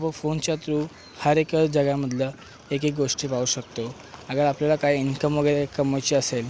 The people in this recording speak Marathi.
आपण फोनच्या थ्रू हरएक जगामधलं एक एक गोष्टी पाहू शकतो अगर आपल्याला काही इन्कम वगैरे कमवायची असेन